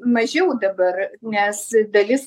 mažiau dabar nes dalis